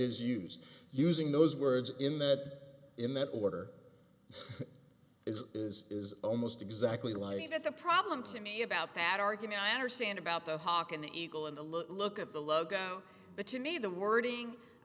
is used using those words in that in that order is is is almost exactly like the problem to me about that argument i understand about the hawk and the eagle and the look of the logo but to me the wording i